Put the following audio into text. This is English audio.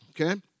okay